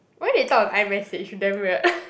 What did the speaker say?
why they talk on iMessage damn weird